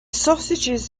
sausages